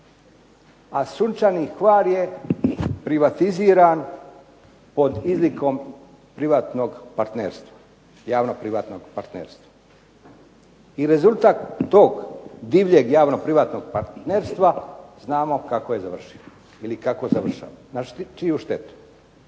a Sunčani Hvar je privatiziran pod izlikom privatnog partnerstva, javnog privatnog partnerstva. I rezultat tog divljeg javnog privatnog partnerstva znamo kako je završio ili kako završava, na čiju štetu.